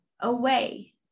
away